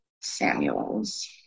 Samuels